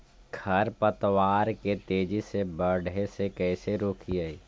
खर पतवार के तेजी से बढ़े से कैसे रोकिअइ?